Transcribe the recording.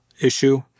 issue